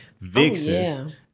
vixens